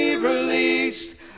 released